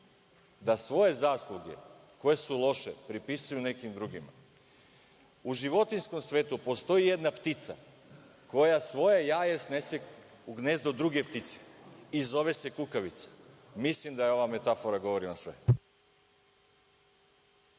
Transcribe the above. da svoje zasluge koje su loše pripisuju nekim drugima. U životinjskom svetu postoji jedna ptica koja svoje jaje snese u gnezdu druge ptice i zove se kukavica. Mislim da vam ova metafora govori sve.